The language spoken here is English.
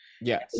yes